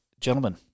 gentlemen